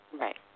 Right